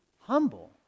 humble